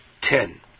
ten